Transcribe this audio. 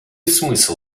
смысл